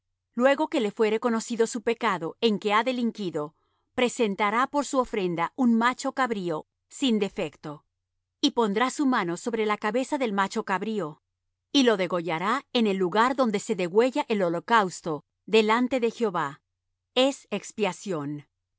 luego que le fuere conocido su pecado en que ha delinquido presentará por su ofrenda un macho cabrío sin defecto y pondrá su mano sobre la cabeza del macho cabrío y lo degollará en el lugar donde se degüella el holocausto delante de jehová es expiación